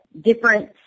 different